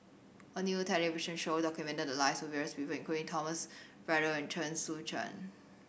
a new television show documented the lives of various people including Thomas Braddell and Chen Sucheng